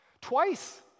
Twice